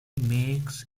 makes